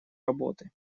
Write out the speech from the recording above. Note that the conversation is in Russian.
работы